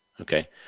Okay